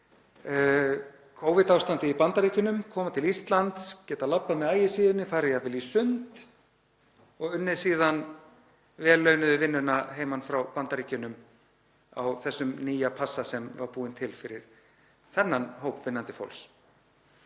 Covid-ástandið í Bandaríkjunum, koma til Íslands, geta labbað með Ægisíðunni, farið jafnvel í sund og unnið síðan vel launuðu vinnuna heiman frá Bandaríkjunum á þessum nýja passa sem var búinn til fyrir þennan hóp vinnandi fólks.